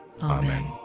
Amen